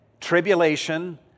tribulation